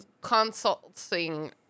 consulting